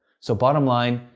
so bottomline,